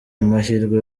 amahirwe